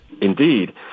Indeed